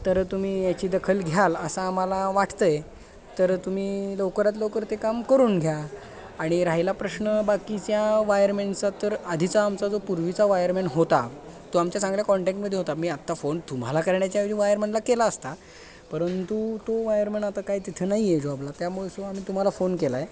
तर तुम्ही याची दखल घ्याल असा आम्हाला वाटतं आहे तर तुम्ही लवकरात लवकर ते काम करून घ्या आणि राहिला प्रश्न बाकीच्या वायरमॅनचा तर आधीचा आमचा जो पूर्वीचा वायरमॅन होता तो आमच्या चांगल्या कॉन्टॅक्टमध्ये होता मी आत्ता फोन तुम्हाला करण्याच्या ऐवजी वायरमॅनला केला असता परंतु तो वायरमॅन आता काय तिथं नाही आहे जॉबला त्यामुळे सो आम्ही तुम्हाला फोन केला आहे